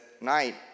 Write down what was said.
night